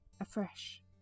afresh